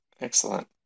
excellent